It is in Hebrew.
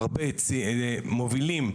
הרבה מובילים,